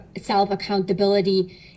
self-accountability